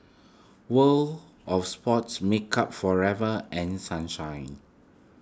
World of Sports Makeup Forever and Sunshine